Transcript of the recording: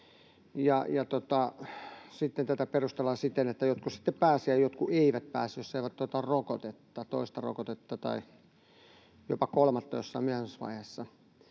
tätä perustellaan siten, että jotkut pääsevät ja jotkut eivät pääse, jos eivät ota rokotetta, toista rokotetta tai jopa kolmatta jossain myöhemmässä vaiheessa.